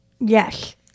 Yes